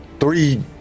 Three